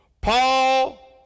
Paul